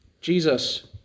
Jesus